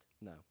No